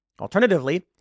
Alternatively